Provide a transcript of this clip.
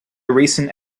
recent